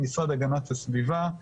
משרד הגנת הסביבה,